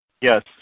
Yes